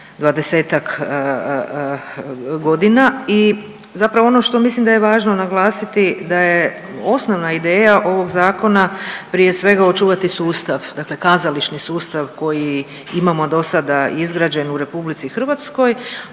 20-tak godina i zapravo ono što mislim da je važno naglasiti da je osnovna ideja ovog zakona prije svega očuvati sustav, dakle kazališni sustav koji imamo dosada izgrađen u RH, a da se